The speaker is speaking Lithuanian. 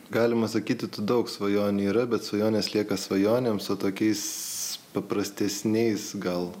galima sakyti tų daug svajonių yra bet svajonės lieka svajonėm su tokiais paprastesniais gal